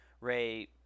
Ray